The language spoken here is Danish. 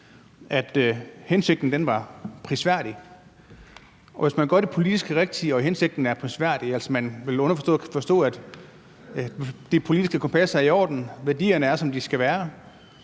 at hensigten var prisværdig. Hvis man gør det politisk rigtige og hensigten er prisværdig, altså at man vel underforstået mener, at det politiske kompas er i orden, værdierne er, som de skal være,